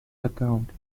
account